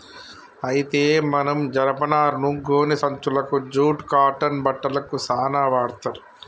అయితే మనం జనపనారను గోనే సంచులకు జూట్ కాటన్ బట్టలకు సాన వాడ్తర్